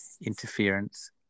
interference